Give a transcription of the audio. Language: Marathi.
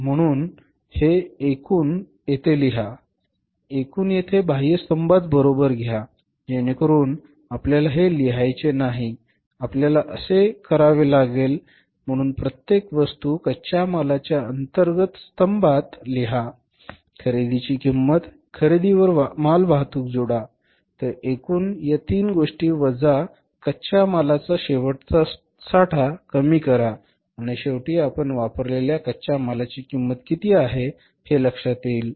म्हणून हे एकूण येथे लिहू नका एकूण येथे बाह्य स्तंभात बरोबर घ्या जेणेकरून आपल्याला हे लिहायचे नाही आपल्याला असे करावे लागेल म्हणून प्रत्येक वस्तू कच्च्या मालाच्या अंतर्गत स्तंभात लिहा खरेदीची किंमत खरेदीवर मालवाहतूक जोडा तर एकूण या तीन गोष्टी वजा कच्च्या मालाचा शेवटचा साठा कमी करा आणि शेवटी आपण वापरलेल्या कच्च्या मालाची किंमत किती आहे हे लक्षात येईल